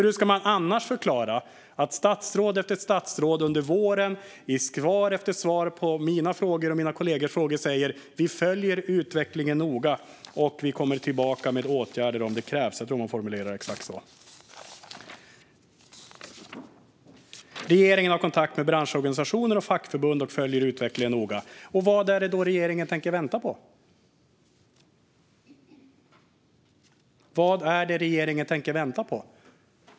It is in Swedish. Hur ska man annars förklara att statsråd efter statsråd under våren, i svar efter svar på mina frågor och mina kollegors frågor, säger att de följer utvecklingen noga och kommer tillbaka med åtgärder om det krävs? Jag tror att det är exakt så man formulerar sig. Man säger att regeringen har kontakt med branschorganisationer och fackförbund och följer utvecklingen noga. Vad är det regeringen tänker vänta på? Vad väntar man på?